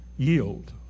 Yield